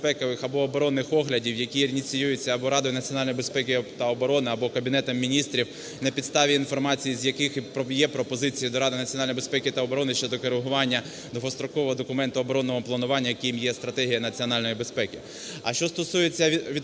А що стосується відповідності